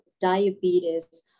diabetes